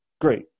Great